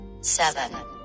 seven